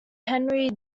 henry